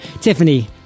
Tiffany